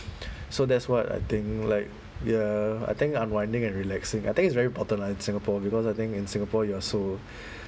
so that's what I think like ya I think unwinding and relaxing I think it's very important lah in singapore because I think in singapore you're so